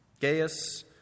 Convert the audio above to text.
Gaius